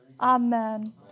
Amen